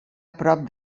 prop